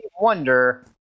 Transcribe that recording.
wonder